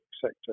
sector